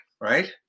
right